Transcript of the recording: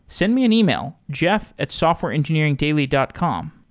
send me an email, jeff at softwareengineeringdaily dot com.